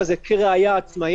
זה כבר לא יהיה אקראי.